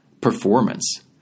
performance